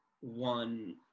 one